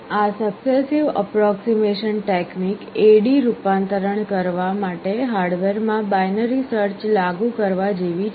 આ successive approximation technique AD રૂપાંતરણ કરવા માટે હાર્ડવેરમાં બાઈનરી સર્ચ લાગુ કરવા જેવી છે